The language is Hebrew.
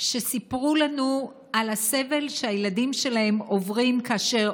שסיפרו לנו על הסבל שהילדים שלהם עוברים כאשר